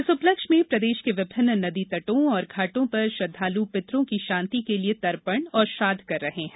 इस उपलक्ष्य में प्रदेश के विभिन्न नदी तटों और घाटों पर श्रद्वालु पितरों की शांति के लिये तर्पण और श्राद्व कर रहे है